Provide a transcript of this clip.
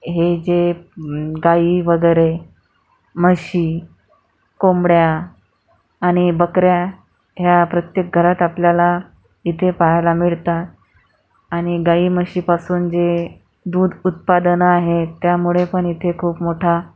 हे जे गाई वगैरे म्हशी कोंबड्या आणि बकऱ्या ह्या प्रत्येक घरात आपल्याला इथे पाहायला मिळतात आणि गाई म्हशीपासून जे दूध उत्पादन आहे त्यामुळे पण इथे खूप मोठा